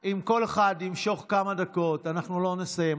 חברים, אם כל אחד ימשוך כמה דקות, אנחנו לא נסיים.